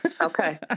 Okay